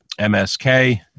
MSK